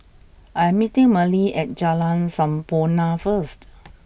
I'm meeting Merle at Jalan Sampurna first